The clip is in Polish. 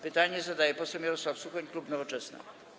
Pytanie zadaje poseł Mirosław Suchoń, klub Nowoczesna.